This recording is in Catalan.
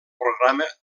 programa